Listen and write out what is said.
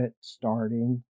starting